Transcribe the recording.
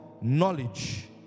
knowledge